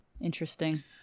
interesting